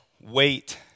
wait